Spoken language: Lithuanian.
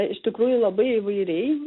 iš tikrųjų labai įvairiai